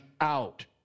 out